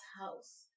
house